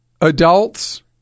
Adults